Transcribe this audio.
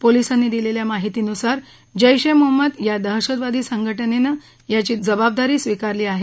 पोलिसांनी दिलेल्या माहितीनुसार जैश ए मोहम्मद या दहशतवादी संघटनेनं याची जबाबदारी स्वीकारली आहे